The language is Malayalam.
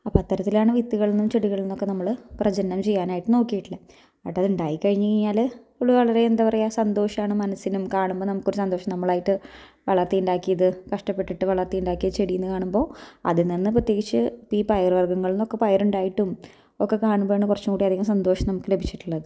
അപ്പം അത്തരത്തിലാണ് വിത്തുകളിൽ നിന്നും ചെടികളിൽ നിന്നൊക്കെ നമ്മൾ പ്രജനനം ചെയ്യാനായിട്ട് നോക്കിയിട്ടുള്ളത് എന്നിട്ട് അത് ഉണ്ടായി കഴിഞ്ഞ് കഴിഞ്ഞാൽ നമ്മൾ വളരെ എന്താണ് പറയുക സന്തോഷമാണ് മനസ്സിനും കാണുമ്പോൾ നമുക്കൊരു സന്തോഷം നമ്മൾ ആയിട്ട് വളർത്തി ഉണ്ടാക്കിയത് കഷ്ടപ്പെട്ടിട്ട് വളർത്തി ഉണ്ടാക്കിയ ചെടി എന്ന് കാണുമ്പോൾ അതിൽ നിന്ന് പ്രത്യേകിച്ച് ഈ പയർ വർഗ്ഗങ്ങൾ എന്നൊക്കെ പയർ ഉണ്ടായിട്ടും ഒക്കെ കാണുമ്പോൾ ആണ് കുറച്ചും കൂടെ അധികം സന്തോഷം നമുക്ക് ലഭിച്ചിട്ടുള്ളത്